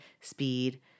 speed